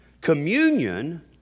communion